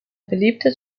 beliebte